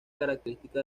característica